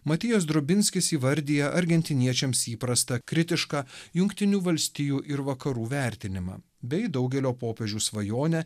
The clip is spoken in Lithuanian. matijas drobinskis įvardija argentiniečiams įprastą kritišką jungtinių valstijų ir vakarų vertinimą bei daugelio popiežių svajonę